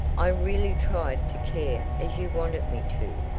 i really tried to care as you wanted me to,